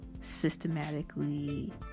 systematically